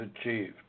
achieved